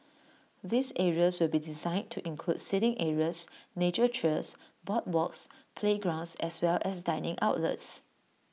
these areas will be designed to include seating areas nature trails boardwalks playgrounds as well as dining outlets